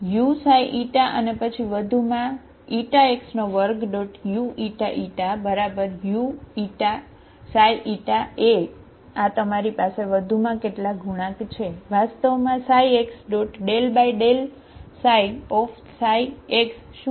uξη અને પછી વધુમાં x2uηη uξη a આ તમારી પાસે વધુમાં કેટલાક ગુણાંક છે વાસ્તવમાં આ ξxx શું છે